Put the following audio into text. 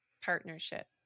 partnership